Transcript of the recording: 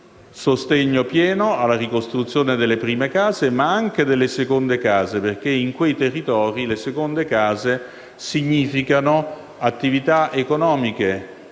sostegno alla ricostruzione delle prime case, ma anche delle seconde case, perché in quei territori le seconde case significano attività economiche